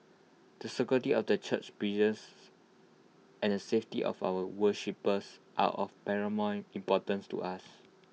the security of the church premises and the safety of our worshippers are of paramount importance to us